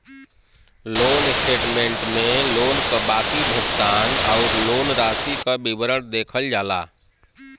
loan statement में loan क बाकी भुगतान आउर लोन राशि क विवरण देखल जाला